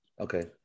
Okay